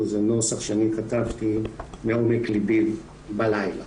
זה נוסח שאני כתבתי מעומק ליבי בלילה.